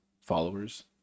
followers